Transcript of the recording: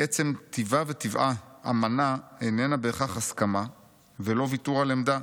מעצם טיבה וטבעה 'אמנה' איננה בהכרח הסכמה ולא ויתור על עמדה,